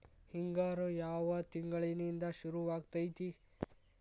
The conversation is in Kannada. ಹಿಂಗಾರು ಯಾವ ತಿಂಗಳಿನಿಂದ ಶುರುವಾಗತೈತಿ?